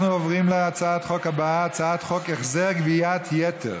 אנחנו עוברים להצעת החוק הבאה: הצעת חוק החזר גביית יתר,